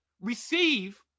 receive